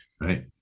right